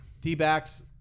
D-backs